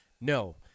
no